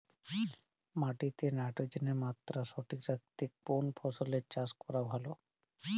মাটিতে নাইট্রোজেনের মাত্রা সঠিক রাখতে কোন ফসলের চাষ করা ভালো?